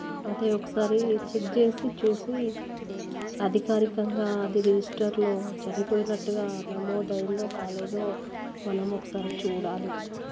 అదే ఒకసారి చెక్ చేసి చూసి అధికారికంగా అది రిజిస్టర్లో చనిపోయినట్టుగా నమోదయిందో కాలేదో మనం ఒకసారి చూడాలి